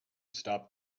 stop